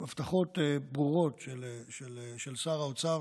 ברורות של שר האוצר